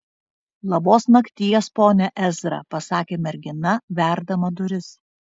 labos nakties pone ezra pasakė mergina verdama duris